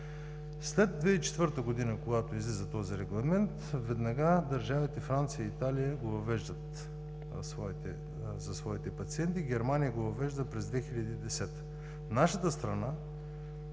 След 2004 г., когато излиза този Регламент, веднага държавите Франция и Италия го въвеждат за своите пациенти, Германия го въвежда през 2010 г. Нашата страна